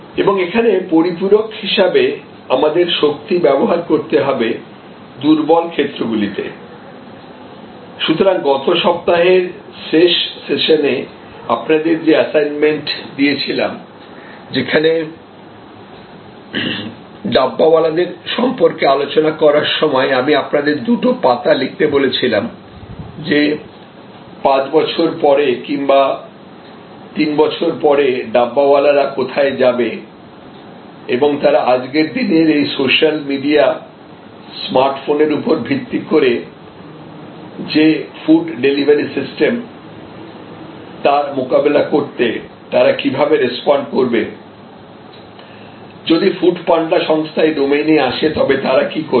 এবং এখানে পরিপূরক হিসাবে আমাদের শক্তি ব্যবহার করতে হবে দুর্বল ক্ষেত্রগুলিতে সুতরাং গত সপ্তাহের শেষ সেশনে আপনাদের যে অ্যাসাইনমেন্ট দিয়েছিলাম যেখানে ডাব্বা ওয়ালাদের সম্পর্কে আলোচনা করার সময় আমি আপনাদের দুটো পাতা লিখতে বলেছিলাম যে পাঁচ বছর পরে কিংবা তিন বছর পরে ডাব্বা ওয়ালারা কোথায় যাবে এবং তারা আজকের দিনের এই সোশ্যাল মিডিয়া স্মার্টফোনের উপর ভিত্তি করে যে ফুড ডেলিভারি সিস্টেম তার মোকাবেলা করতে তারা কিভাবে রেস্পন্ড করবে যদি ফুড পান্ডা সংস্থা এই ডোমেইনে আসে তবে তারা কী করবে